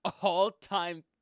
all-time